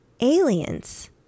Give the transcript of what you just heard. aliens